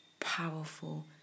powerful